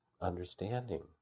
understanding